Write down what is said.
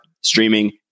streaming